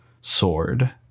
sword